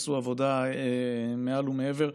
שעשו עבודה מעל ומעבר,